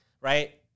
right